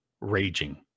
raging